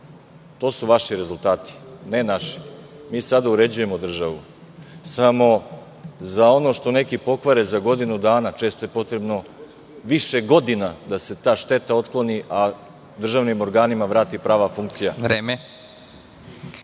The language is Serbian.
To su vaši rezultati, ne naši. Mi sada uređujemo državu. Samo, za ono što neki pokvare za godinu dana, često je potrebno više godina da se ta šteta otkloni, a državnim organima vrati prava funkcija.